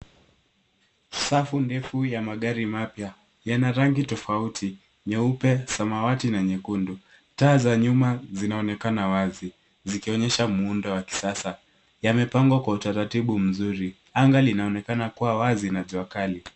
Safu ndefu ya magari mapya yana rangi mbali mbali. Kuna nyeupe, samawati na nyekundu. Taa zinaonekana wazi zikionyesha muundo wa kisasa . Yamepangwa kwa utaratibu mzuri. Anga linaonekana kuwa wazi na jua kali.